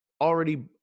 already